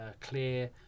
clear